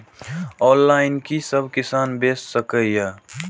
Online कि सब किसान बैच सके ये?